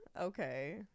Okay